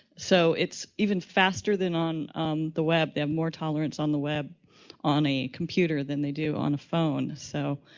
so it's even faster than on the web. they have more tolerance on the web on a computer than they do on the phone, so.